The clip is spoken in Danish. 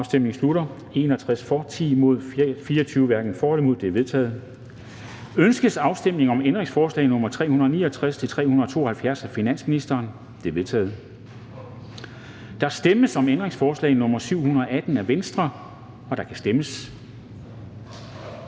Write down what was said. hverken for eller imod stemte 24 (V). Ændringsforslaget er vedtaget. Ønskes afstemning om ændringsforslag nr. 369-372 af finansministeren? De er vedtaget. Der stemmes om ændringsforslag nr. 718 af V, og der kan stemmes.